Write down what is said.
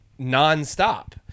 nonstop